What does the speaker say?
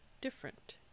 different